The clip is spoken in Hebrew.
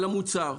המוצר.